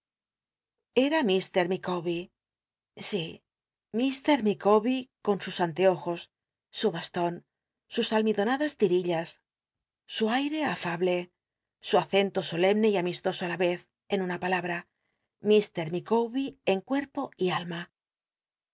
era ivir ilicawbér si llr micawber con sus anteojos su haston sus almidonadas tirillas su aire afable su acento solemne y amistoso á la vez en una palabra mr micawber en cuerpo y alma